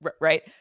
right